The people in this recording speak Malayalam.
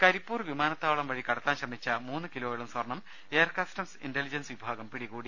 കരിപ്പൂർ വിമാനത്താവളം വഴി കടത്താൻ ശ്രമിച്ച മൂന്നു കിലോയോളം സ്വർണ്ണം എയർ കസ്റ്റംസ് ഇന്റലിജൻസ് വിഭാഗം പിടികൂടി